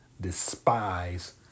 despise